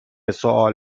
سوال